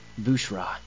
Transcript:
Bushra